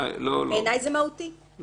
אני לא